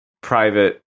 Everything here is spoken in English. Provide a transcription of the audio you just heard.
private